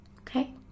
Okay